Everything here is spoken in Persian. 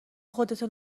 خودتو